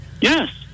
Yes